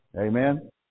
Amen